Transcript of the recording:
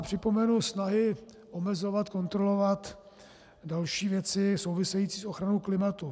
Připomenu snahy omezovat, kontrolovat a další věci související s ochranou klimatu.